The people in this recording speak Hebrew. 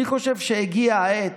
אני חושב שהגיעה העת,